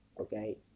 okay